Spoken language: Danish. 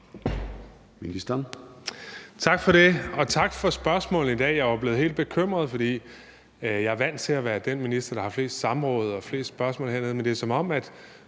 Tak for det, og tak for spørgsmålet i dag. Jeg var blevet helt bekymret, for jeg er vant til at være den minister, der har flest samråd og flest spørgsmål hernede, men det er, som om